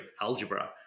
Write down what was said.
algebra